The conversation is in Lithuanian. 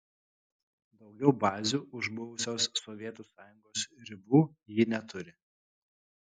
daugiau bazių už buvusios sovietų sąjungos ribų ji neturi